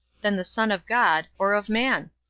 than the son of god, or of man?